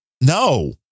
No